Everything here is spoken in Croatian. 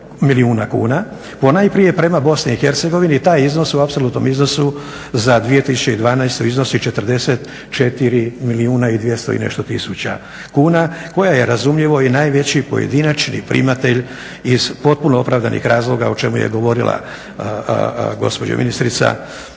ponajprije prema BiH i taj iznos u apsolutnom iznosu za 2012.iznosi 44 milijuna i 200 i nešto tisuća kuna koja je razumljivo i najveći pojedinačni primatelj iz potpuno opravdanih razloga o čemu je govorila gospođa ministrica.